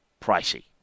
Pricey